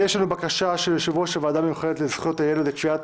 מדובר בבקשה של יושב-ראש הוועדה המיוחדת לזכויות הילד לקביעת